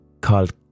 called